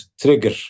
trigger